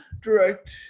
direct